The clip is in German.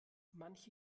manche